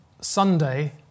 Sunday